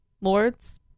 Lords